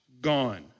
gone